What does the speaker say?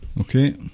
Okay